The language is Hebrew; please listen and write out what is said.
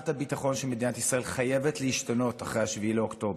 הביטחון של מדינת ישראל חייבת להשתנות אחרי 7 באוקטובר.